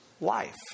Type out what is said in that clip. life